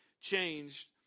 changed